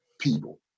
people